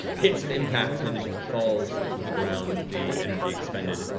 hits and impacts and then just falls to the ground, the energy expended.